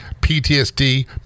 PTSD